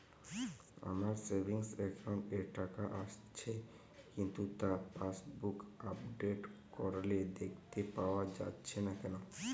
আমার savings account এ টাকা আসছে কিন্তু তা পাসবুক আপডেট করলে দেখতে পাওয়া যাচ্ছে না কেন?